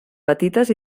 petites